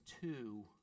two